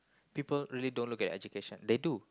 people really don't look at education they do